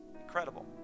incredible